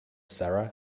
sarah